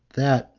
that,